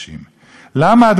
למה אדמות שיח'-באדר,